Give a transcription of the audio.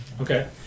Okay